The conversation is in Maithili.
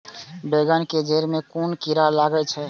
बेंगन के जेड़ में कुन कीरा लागे छै?